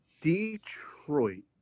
Detroit